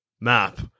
map